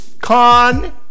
con